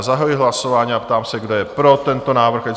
Zahajuji hlasování a ptám se, kdo je pro tento návrh?